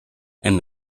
and